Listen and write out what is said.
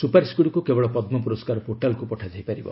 ସୁପାରିଶଗୁଡ଼ିକୁ କେବଳ ପଦ୍ମ ପୁରସ୍କାର ପୋର୍ଟାଲ୍କୁ ପଠାଯାଇ ପାରିବ